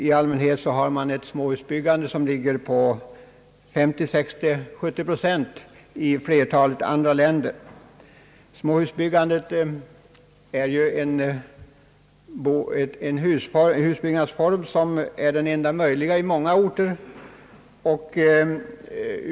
I allmänhet ligger småhusbyggandet vid 50, 60 eller 70 procent av allt byggande i flertalet andra länder. Småhusbyggandet är en husbyggnadsform som är den enda möjliga på många orter.